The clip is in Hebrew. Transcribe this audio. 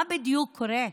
מה בדיוק קורה?